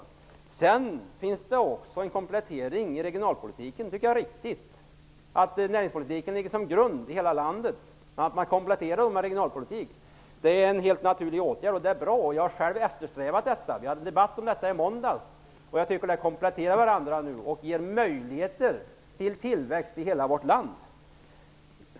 Jag tycker att det är riktigt att det görs en komplettering genom regionalpolitiken. Näringspolitiken ligger som en grund i hela landet. Den kompletteras med regionalpolitik. Det är en helt naturlig och bra åtgärd som jag har eftersträvat. Vi hade debatt om detta i måndags. Nu görs det en komplettering som ger möjligheter till tillväxt i hela vårt land.